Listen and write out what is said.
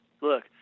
Look